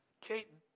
Kate